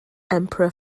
emperor